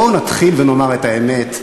בואו נתחיל ונאמר את האמת,